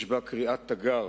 יש בה קריאת תיגר